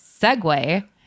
segue